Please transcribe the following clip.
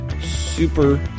super